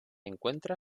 encuentra